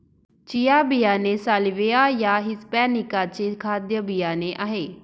chia बियाणे Salvia या hispanica चे खाद्य बियाणे आहे